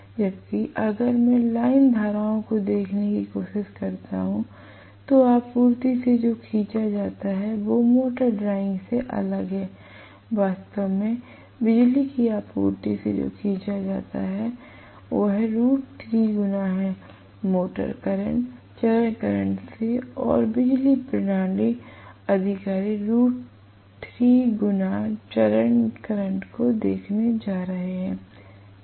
जबकि अगर मैं लाइन धाराओं को देखने की कोशिश करता हूं तो आपूर्ति से जो खींचा जाता है वो मोटर ड्राइंग से अलग है वास्तव में बिजली की आपूर्ति से जो खींचा जाता है वह √3 गुना है मोटर करंट चरण करंट से और बिजली प्रणाली अधिकारी √3 गुना चरण करंट को देखने जा रहे हैं